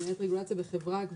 אני מנהלת רגולציה בחברה,